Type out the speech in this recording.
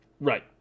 Right